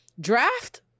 Draft